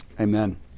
Amen